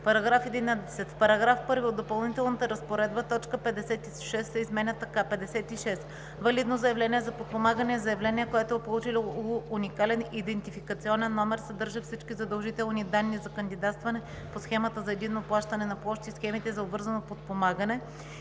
§ 11: „§ 11. В § 1 от Допълнителната разпоредба т. 56 се изменя така: „56. „Валидно заявление за подпомагане“ е заявление, което е получило уникален идентификационен номер, съдържа всички задължителни данни за кандидатстване по схемата за единно плащане на площ и схемите за обвързано подпомагане